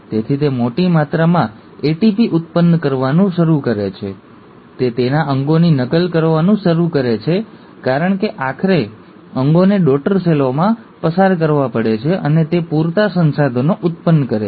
તેથી તે મોટી માત્રામાં ATP ઉત્પન્ન કરવાનું શરૂ કરે છે તે તેના અંગોની નકલ કરવાનું શરૂ કરે છે કારણ કે આખરે અંગોને ડૉટર સેલોમાં પસાર કરવા પડે છે અને તે પૂરતા સંસાધનો ઉત્પન્ન કરે છે